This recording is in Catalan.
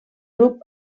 grup